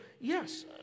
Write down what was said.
yes